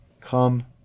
come